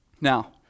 Now